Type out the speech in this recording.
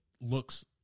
looks